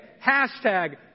Hashtag